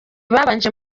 babanje